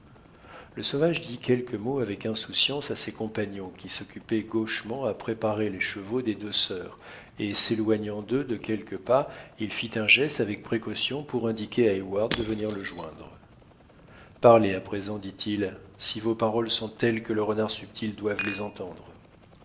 le sauvage dit quelques mots avec insouciance à ses compagnons qui s'occupaient gauchement à préparer les chevaux des deux sœurs et s'éloignant d'eux de quelques pas il fit un geste avec précaution pour indiquer à heyward de venir le joindre parlez à présent dit-il si vos paroles sont telles que le renard subtil doive les entendre